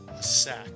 Sack